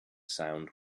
sound